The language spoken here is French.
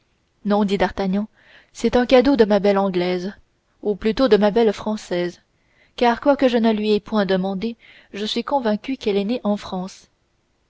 non dit d'artagnan c'est un cadeau de ma belle anglaise ou plutôt de ma belle française car quoique je ne le lui aie point demandé je suis convaincu qu'elle est née en france